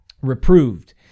reproved